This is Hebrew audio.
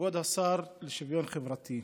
כבוד השר לשוויון חברתי,